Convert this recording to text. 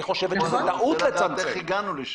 היא חושבת שזה טעות לצמצם --- אני רוצה לדעת איך הגענו לשם.